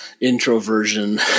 introversion